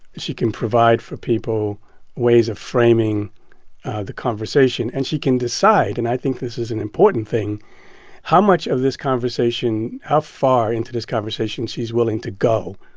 she can provide for people ways of framing the conversation. and she can decide and i think this is an important thing how much of this conversation how far into this conversation she's willing to go,